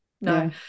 No